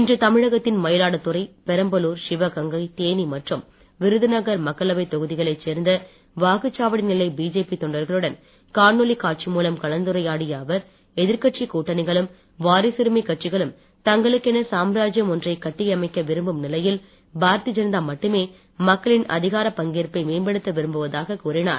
இன்று தமிழகத்தின் மயிலாடுதுறை பெரம்பலூர் சிவகங்கை தேனி மற்றும் விருதுநகர் மக்களவைத் தொகுதிகளைச் சேர்ந்த வாக்குச்சாவடி நிலை பிஜேபி தொண்டர்களுடன் காணொளிக் காட்சி மூலம் கலந்துரையாடிய அவர் எதிர்க்கட்சிக் கூட்டணிகளும் வாரிசுரிமைக் கட்சிகளும் தங்களுக்கென சாம்ராஜ்யம் ஒன்றைக் கட்டியமைக்க விரும்பும் நிலையில் பாரதிய ஜனதா மட்டுமே மக்களின் அதிகாரப் பங்கேற்பை மேம்படுத்த விரும்புவதாக கூறினார்